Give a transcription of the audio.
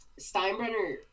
Steinbrenner